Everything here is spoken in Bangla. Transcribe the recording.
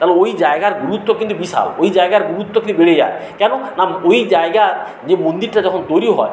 তাহলে ওই জায়গার গুরুত্ব কিন্তু বিশাল ওই জায়গার গুরুত্ব কিন্তু বেড়ে যায় কেন না ওই জায়গার যে মন্দিরটা যখন তৈরি হয়